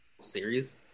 series